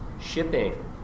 shipping